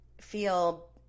feel